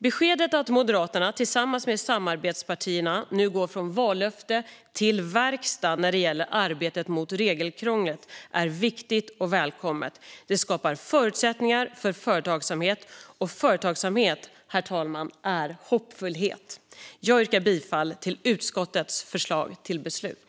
Beskedet att Moderaterna tillsammans med samarbetspartierna nu går från vallöfte till verkstad när det gäller arbetet mot regelkrånglet är viktigt och välkommet. Det skapar förutsättningar för företagsamhet - och företagsamhet, herr talman, är hoppfullhet. Jag yrkar bifall till utskottets förslag till beslut.